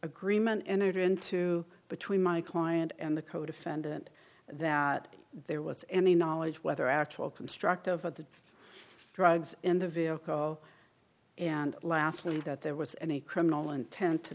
agreement entered into between my client and the codefendant that there was any knowledge whether actual construct of of the drugs in the vehicle and lastly that there was any criminal intent to